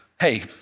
hey